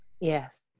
yes